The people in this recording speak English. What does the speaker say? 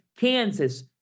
Kansas